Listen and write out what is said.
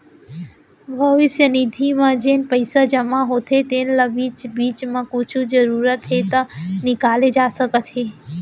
भविस्य निधि म जेन पइसा जमा होथे तेन ल बीच बीच म कुछु जरूरत हे त निकाले जा सकत हे